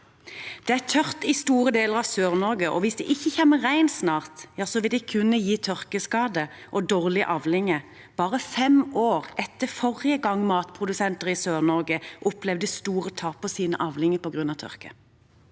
Det er tørt i store deler av Sør-Norge, og hvis det ikke kommer regn snart, vil det kunne gi tørkeskader og dårlige avlinger bare fem år etter forrige gang matprodusenter i Sør-Norge opplevde store tap på sine avlinger på grunn av tørke.